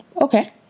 Okay